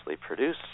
produce